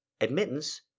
admittance